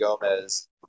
Gomez